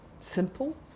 simple